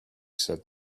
said